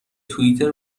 توییتر